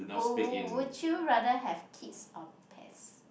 wou~ would you rather have kids or pets